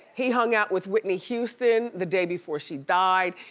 he hung out with whitney houston the day before she died.